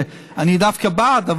שאני דווקא בעד,